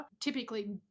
Typically